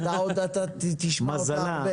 אם היא אומרת משהו, זה מדם ליבה.